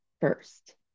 first